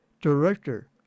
director